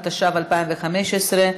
התשע"ו 2015,